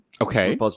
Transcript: okay